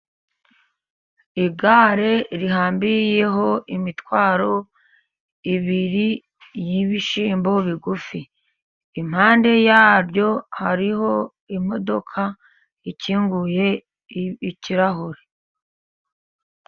Igare rihambiyeho imitwaro ebyiri y'ibishyimbo bigufi, impande yaryo hariho imodoka ikinguye ikirahure.